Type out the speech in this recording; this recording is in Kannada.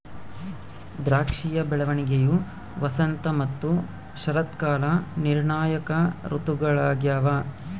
ದ್ರಾಕ್ಷಿಯ ಬೆಳವಣಿಗೆಯು ವಸಂತ ಮತ್ತು ಶರತ್ಕಾಲ ನಿರ್ಣಾಯಕ ಋತುಗಳಾಗ್ಯವ